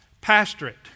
pastorate